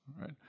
Right